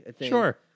Sure